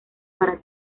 para